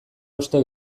uste